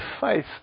faith